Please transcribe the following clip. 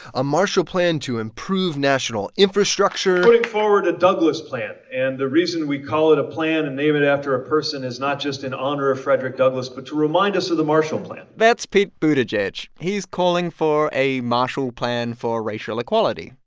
a marshall plan to improve national infrastructure put but forward a douglass plan. and the reason we call it a plan and name it after a person is not just in honor of frederick douglass but to remind us of the marshall plan that's pete buttigieg. he's calling for a marshall plan for racial equality.